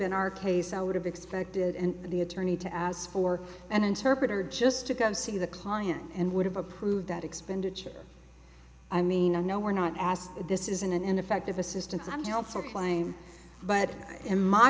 been our case i would have expected and the attorney to as for an interpreter just to go see the client and would have approved that expenditure i mean i know we're not asked this isn't an ineffective assistance of counsel claim but in my